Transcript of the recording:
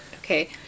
Okay